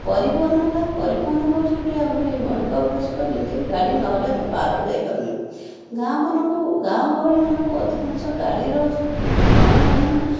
ପରିବହନ ହେଲା ପରିବହନ ହେଉଛି ଗୋଟିଏ ଆମର ଇଏ ମୌଳିକ ଆବଶ୍ୟକ ଯେମିତିକି ଗାଡ଼ି ନହେଲେ ଆମେ ବାହାରକୁ ଯାଇପାରୁ ନାହୁଁ ଗାଁମାନଙ୍କୁ ଗାଁ ଗହଳିମାନଙ୍କୁ ଅଧିକାଂଶ ଗାଡ଼ିର ଗମନାଗମନ